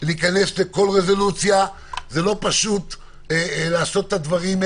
לרדת לכל רזולוציה ולעשות את הדברים.